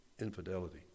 infidelity